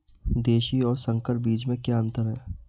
देशी और संकर बीज में क्या अंतर है?